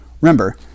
Remember